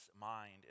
mind